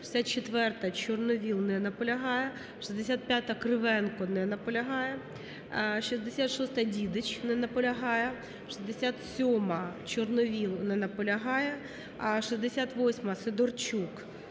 64-а, Чорновол. Не наполягає. 65-а, Кривенко. Не наполягає. 66-а, Дідич. Не наполягає. 67-а, Чорновол. Не наполягає. 68-а, Сидорчук. Не наполягає.